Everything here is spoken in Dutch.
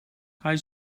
hij